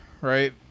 right